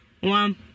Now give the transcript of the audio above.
one